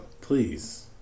Please